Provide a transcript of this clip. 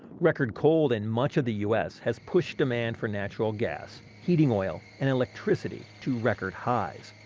record cold in much of the u s. has pushed demand for natural gas, heating oil and electricity to record highs.